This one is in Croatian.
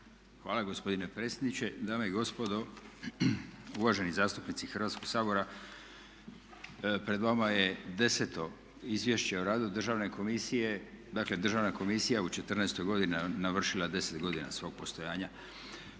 Hvala gospodine predsjedniče, dame i gospodo, uvaženi zastupnici Hrvatskog sabora. Pred vama je deseto Izvješće o radu Državne komisije. Dakle, Državna komisija je u četrnaestoj godini navršila 10 godina svog postojanja.